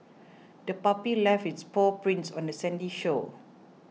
the puppy left its paw prints on the sandy shore